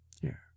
Here